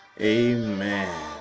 amen